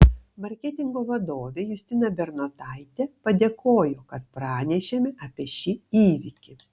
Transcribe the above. marketingo vadovė justina bernotaitė padėkojo kad pranešėme apie šį įvykį